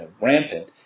rampant